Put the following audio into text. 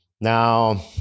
Now